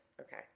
Okay